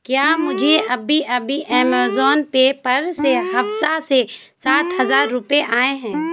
کیا مجھے ابھی ابھی ایمیزون پے پر سے حفصہ سے سات ہزار روپے آئے ہیں